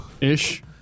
Ish